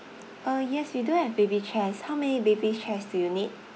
uh yes we do have baby chairs how many baby chairs do you need